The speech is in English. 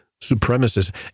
supremacists